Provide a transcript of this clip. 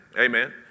Amen